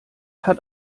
hat